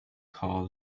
carl